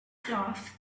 cloth